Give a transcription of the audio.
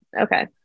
Okay